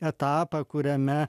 etapą kuriame